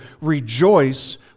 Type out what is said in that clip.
rejoice